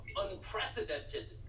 unprecedented